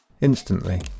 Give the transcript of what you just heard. instantly